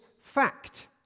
fact